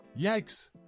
yikes